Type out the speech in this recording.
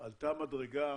עלתה מדרגה